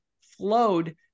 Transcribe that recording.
flowed